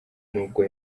nubwo